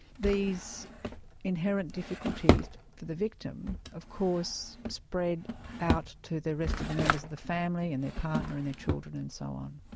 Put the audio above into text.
these inherent difficulties for the victim of course spread out to the rest of the members of the family and their partner and their children and so on.